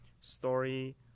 story